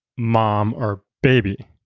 mom or baby.